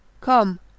Come